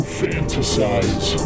fantasize